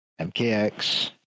MKX